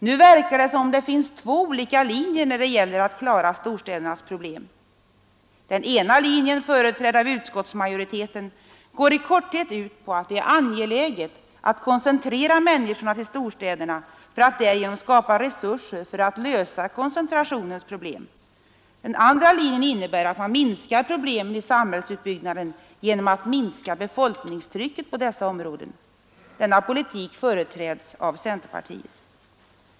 Nu verkar det som om det finns två olika linjer när det gäller att klara storstädernas problem. Den ena linjen, företrädd av utskottsmajoriteten, går i korthet ut på att det är angeläget att koncentrera människorna till storstäderna för att därigenom skapa resurser för att lösa koncentrationens problem. Den andra linjen innebär att man minskar problemen i samhällsutbyggnaden genom att minska befolkningstrycket på dessa områden. Denna politik företräds av centerpartiet.